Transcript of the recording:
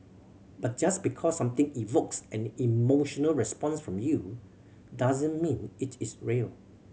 but just because something evokes an emotional response from you doesn't mean it is real